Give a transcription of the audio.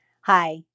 Hi